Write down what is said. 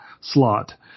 slot